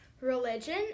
religion